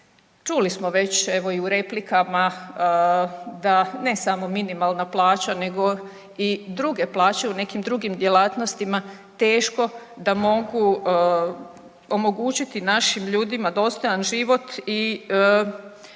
Čuli smo već evo i u replikama da ne samo minimalna plaća nego i druge plaće u nekim drugim djelatnostima teško da mogu omogućiti našim ljudima dostojan život i